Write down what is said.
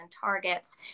targets